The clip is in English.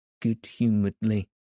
good-humouredly